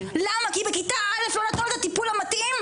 למה כי בכיתה א' לא נתנו לה את הטיפול המתאים,